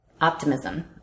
optimism